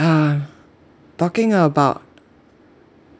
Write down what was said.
uh talking about